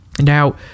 Now